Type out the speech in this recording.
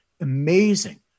amazing